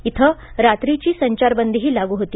इथं रात्रीची संचारबंदीही लागू होती